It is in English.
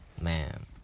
Man